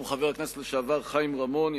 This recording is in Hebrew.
במקום חבר הכנסת לשעבר חיים רמון,